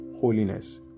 holiness